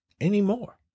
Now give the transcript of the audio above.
anymore